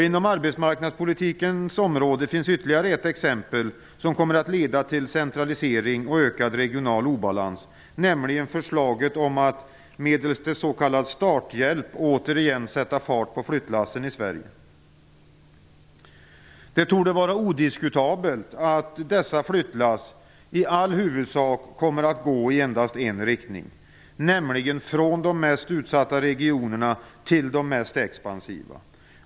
Inom arbetsmarknadspolitikens område finns ytterligare ett exempel som kommer att leda till centralisering och ökad regional obalans, nämligen förslaget om att medelst s.k. starthjälp återigen sätta fart på flyttlassen i Sverige. Det torde vara odiskutabelt att dessa flyttlass i huvudsak kommer att gå i endast en riktning, nämligen från de mest utsatta regionerna till de mest expansiva.